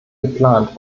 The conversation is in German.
geplant